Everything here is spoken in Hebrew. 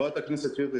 חברת הכנסת שטרית,